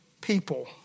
people